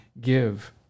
give